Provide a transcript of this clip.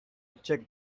check